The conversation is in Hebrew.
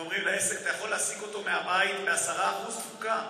ואומרים לעסק: אתה יכול להעסיק אותו מהבית ב-10% תפוקה,